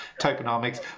tokenomics